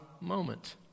moment